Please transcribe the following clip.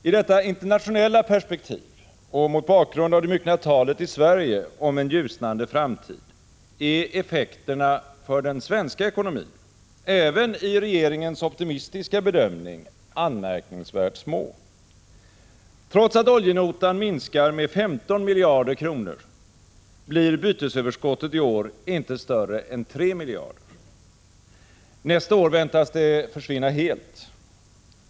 I detta internationella perspektiv och mot bakgrund av det myckna talet i Sverige om en ljusnande framtid är effekterna för den svenska ekonomin även i regeringens optimistiska bedömning anmärkningsvärt små. Trots att oljenotan minskar med 15 miljarder kronor, blir bytesöverskottet i år inte större än 3 miljarder. Nästa år väntas det försvinna helt.